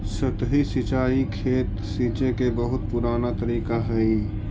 सतही सिंचाई खेत सींचे के बहुत पुराना तरीका हइ